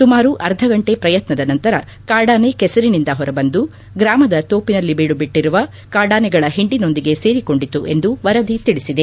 ಸುಮಾರು ಅರ್ಧ ಗಂಟೆ ಶ್ರಯತ್ನದ ನಂತರ ಕಾಡಾನೆ ಕೆಸರಿನಿಂದ ಹೊರಬಂದು ಗ್ರಾಮದ ತೋಪಿನಲ್ಲಿ ಬೀಡು ಬಿಟ್ಟರುವ ಕಾಡಾನೆಗಳ ಹಿಂಡಿನೊಂದಿಗೆ ಸೇರಿಕೊಂಡಿತು ಎಂದು ವರದಿ ತಿಳಿಸಿದೆ